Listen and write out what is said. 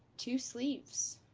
two sleeves!